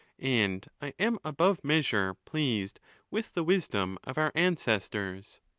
and i am above measure pleased with the wisdom of our ancestors.